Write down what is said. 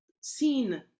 seen